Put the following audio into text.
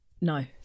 no